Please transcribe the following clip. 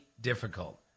difficult